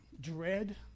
dread